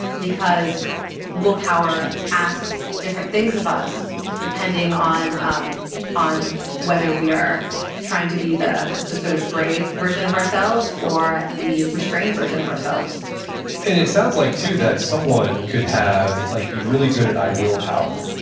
because willpower asks different things of us depending on um on whether we are trying to be the the sort of brave version of ourselves or the restrained version of ourselves and it sounds like too, that someone could have, like be really good at i will